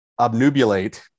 obnubulate